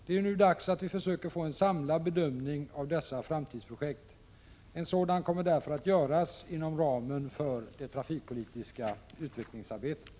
Det är nu dags att vi försöker få en samlad bedömning av dessa framtidsprojekt. En sådan kommer därför att göras inom ramen för det trafikpolitiska utvecklingsarbetet.